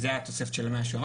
זה התוספת של ה-100.